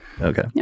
Okay